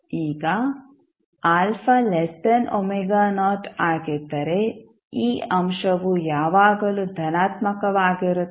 ಈಗ ಆಗಿದ್ದರೆ ಈ ಅಂಶವು ಯಾವಾಗಲೂ ಧನಾತ್ಮಕವಾಗಿರುತ್ತದೆ